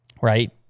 Right